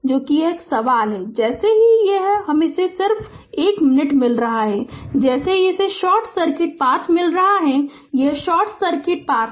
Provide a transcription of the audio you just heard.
तो सवाल यह है कि जैसे ही यह जैसे ही इसे सिर्फ 1 मिनट मिल रहा है जैसे ही इसे शॉर्ट सर्किट पथ मिल रहा है यह शॉर्ट सर्किट पथ है